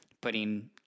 putting